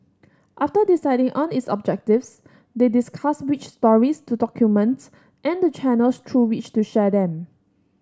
after deciding on its objectives they discussed which stories to document and the channels through which to share them